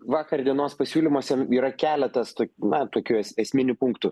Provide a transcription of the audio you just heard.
vakar dienos pasiūlymuose yra keletas tok na tokių es esminių punktų